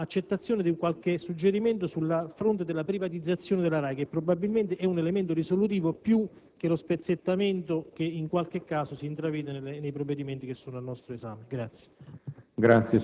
l'accettazione di qualche suggerimento sul fronte della privatizzazione della RAI, che probabilmente è un elemento risolutivo, più che lo spezzettamento che in qualche caso si intravede nei provvedimenti al nostro esame.